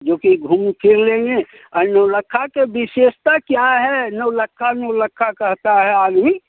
जो कि घूम फिर लेंगे और नौलक्खा के विशेषता क्या है नौलखा नौलखा कहता है आदमी